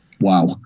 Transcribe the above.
Wow